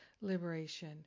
liberation